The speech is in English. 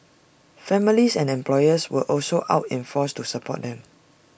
families and employers were also out in force to support them